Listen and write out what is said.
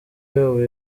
yabo